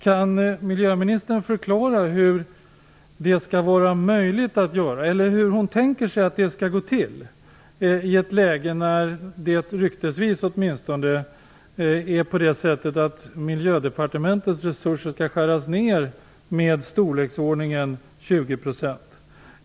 Kan miljöministern förklara hur det skall vara möjligt att göra eller hur hon tänker sig att det skall gå till, i ett läge när det - ryktesvis åtminstone - är på det sättet att Miljödepartementets resurser skall skäras ner med i storleksordningen 20 %?